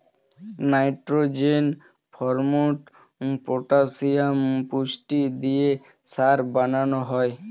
nitrogen, phosphate, potassium পুষ্টি দিয়ে সার বানানো হয়